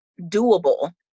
doable